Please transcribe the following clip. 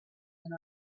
and